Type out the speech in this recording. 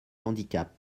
handicap